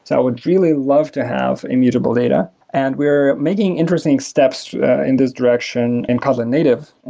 so would really love to have immutable data. and we're making interesting steps in this direction in kotlin native.